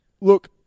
Look